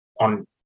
on